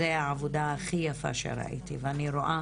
זאת העבודה הכי יפה שראיתי ואני רואה